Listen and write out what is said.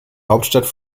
hauptstadt